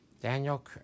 Daniel